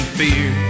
fear